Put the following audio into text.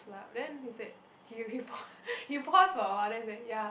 club then he said he he pause he pause for awhile then he said ya